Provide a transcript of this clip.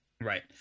Right